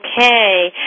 Okay